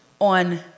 on